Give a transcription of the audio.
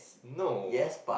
no